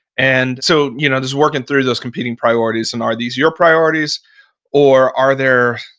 and so, you know just working through those competing priorities and are these your priorities or are there,